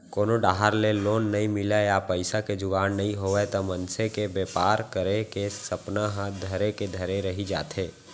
कोनो डाहर ले लोन नइ मिलय या पइसा के जुगाड़ नइ होवय त मनसे के बेपार करे के सपना ह धरे के धरे रही जाथे